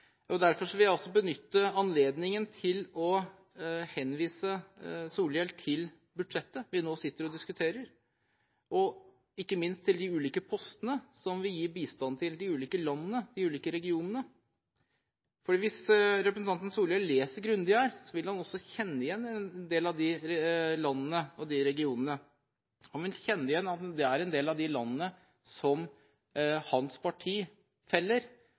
museumsvokter-sorten. Derfor vil jeg benytte anledningen til å henvise Solhjell til budsjettet vi nå diskuterer, og ikke minst til de ulike postene, der vi gir bistand til ulike land og regioner. For hvis representanten Solhjell leser grundig her, vil han også kjenne igjen en del av disse landene og regionene. Han vil kjenne igjen at det er en del av de landene som hans